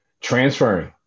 transferring